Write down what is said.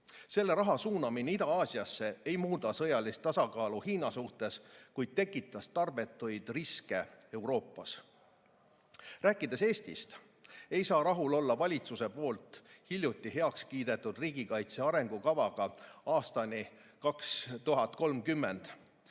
Selle raha suunamine Ida-Aasiasse ei muuda sõjalist tasakaalu Hiina suhtes, kuid tekitas tarbetuid riske Euroopas. Rääkides Eestist, ei saa rahul olla valitsuses hiljuti heaks kiidetud riigikaitse arengukavaga aastani 2030,